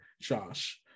Josh